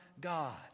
God